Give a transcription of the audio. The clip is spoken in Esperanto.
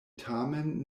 tamen